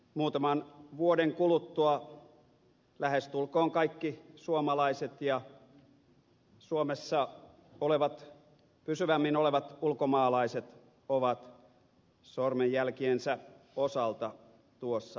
muutaman vuoden kuluttua lähestulkoon kaikki suomalaiset ja suomessa pysyvämmin olevat ulkomaalaiset ovat sormenjälkiensä osalta tuossa rekisterissä